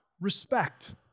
respect